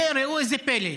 וראו זה פלא,